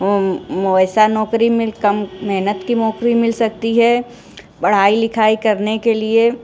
वैसा नौकरी कम मेहनत की नौकरी मिल सकती है पढ़ाई लिखाई करने के लिए